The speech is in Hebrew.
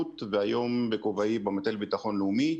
והיום בכובעי במטה לביטחון לאומי.